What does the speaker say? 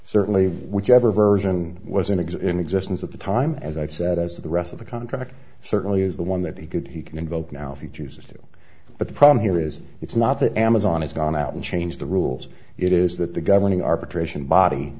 certainly whichever version was an exhibit in existence at the time as i said as to the rest of the contract certainly is the one that he could he can invoke now if he chooses to but the problem here is it's not that amazon has gone out and changed the rules it is that the governing arbitration body